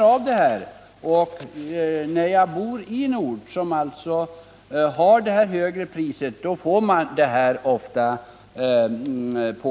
av det här, och bor man som jag i en ort med det högre priset påtalas ofta förhållandet.